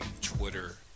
Twitter